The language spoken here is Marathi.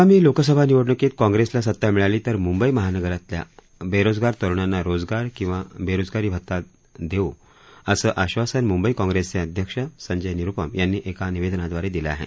आगामी लोकसभा निवडणूकीत काँप्रेसला सत्ता मिळाली तर मुंबई महानगरातल्या बेरोजगार तरुणांना रोजगार किंवा बेरोजगारी भत्ता देऊ असं आब्रासन मुंबई काँप्रेसचे अध्यक्ष संजय निरुपम यांनी एका निवेदनाद्वारे दिलं आहे